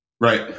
Right